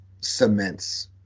cements